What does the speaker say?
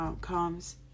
comes